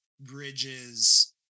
bridges